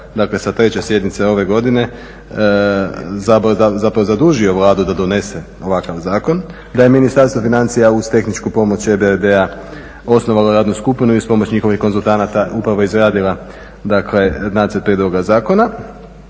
dakle sa 3. sjednice ove godine zapravo zadužio Vladu da donese ovakav zakon, da je Ministarstvo financija uz tehničku pomoć EBRD-a osnovalo radnu skupinu i u uz pomoć njihovih konzultanata upravo izradila, dakle Nacrt prijedloga zakona.